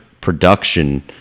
production